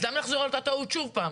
אז למה לחזור על אותה טעות שוב פעם?